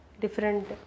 different